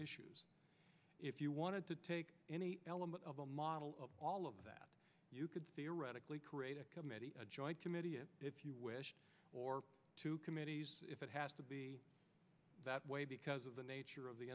issues if you wanted to take any element of a model of all of that you could theoretically create a committee a joint committee and if you wish or two committees if it has to be that way because of the nature of